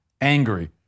Angry